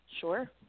sure